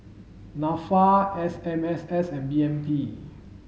NAFA S M S S and B M T